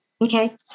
Okay